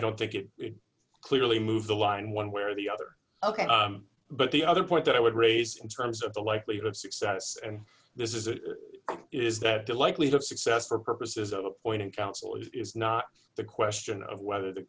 don't think it clearly moved the line one way or the other ok but the other point that i would raise in terms of the likelihood of success and this is it is that the likelihood of success for purposes of appointing counsel is not the question of whether the